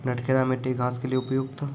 नटखेरा मिट्टी घास के लिए उपयुक्त?